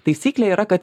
taisyklė yra kad